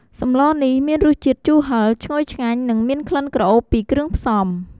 សម្លនេះមានរសជាតិជូរហិរ ឈ្ងុយឆ្ងាញ់ និងមានក្លិនក្រអូបពីគ្រឿងផ្សំ។